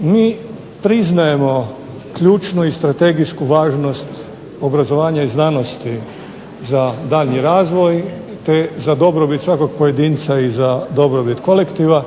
Mi priznajemo ključnu i strategijsku važnost obrazovanja i znanosti za daljnji razvoj te za dobrobit svakog pojedinca i za dobrobit kolektiva